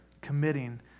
committing